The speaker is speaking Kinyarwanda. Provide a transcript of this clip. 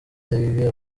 reggae